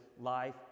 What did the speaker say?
life